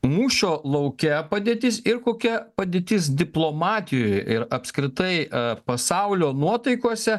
mūšio lauke padėtis ir kokia padėtis diplomatijoj ir apskritai pasaulio nuotaikose